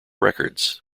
records